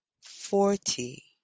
forty